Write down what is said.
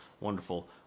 wonderful